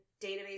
database